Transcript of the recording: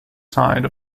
side